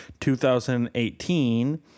2018